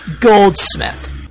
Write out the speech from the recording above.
Goldsmith